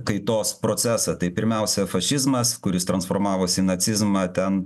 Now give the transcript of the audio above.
kaitos procesą tai pirmiausia fašizmas kuris transformavosi į nacizmą ten